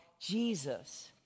Jesus